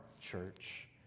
church